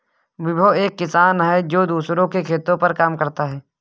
विभव एक किसान है जो दूसरों के खेतो पर काम करता है